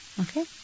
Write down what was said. Okay